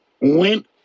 went